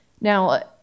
Now